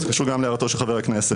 זה קשור גם להערתו של חבר הכנסת.